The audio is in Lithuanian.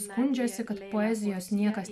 skundžiasi kad poezijos niekas